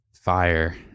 fire